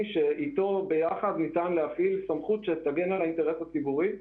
שיחד איתו ניתן להפעיל סמכות שתגן על האינטרס הציבורי,